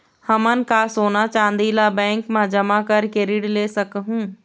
हमन का सोना चांदी ला बैंक मा जमा करके ऋण ले सकहूं?